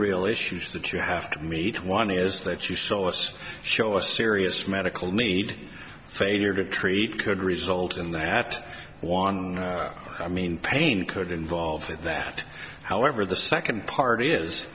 real issues that you have to meet one is that you saw us show a serious medical need failure to treat could result in that one i mean pain could involve that however the second part is